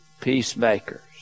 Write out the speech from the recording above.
peacemakers